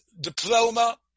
diploma